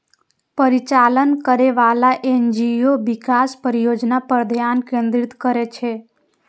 परिचालन करैबला एन.जी.ओ विकास परियोजना पर ध्यान केंद्रित करै छै